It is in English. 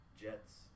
Jets